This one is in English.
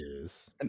Yes